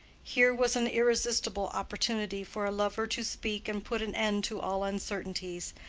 here was an irresistible opportunity for a lover to speak and put an end to all uncertainties,